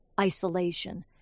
isolation